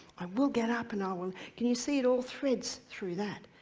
i will get up and i will. can you see it all threads through that.